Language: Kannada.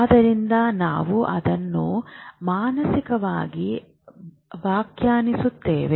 ಆದ್ದರಿಂದ ನಾವು ಅದನ್ನು ಮಾನಸಿಕವಾಗಿ ವ್ಯಾಖ್ಯಾನಿಸುತ್ತೇವೆ